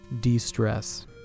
de-stress